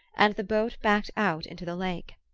and the boat backed out into the lake.